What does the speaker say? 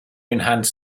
enhance